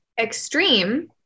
extreme